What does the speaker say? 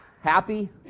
happy